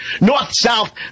North-South